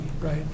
right